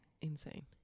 insane